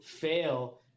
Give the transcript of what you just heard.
fail